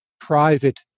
private